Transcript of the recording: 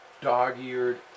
dog-eared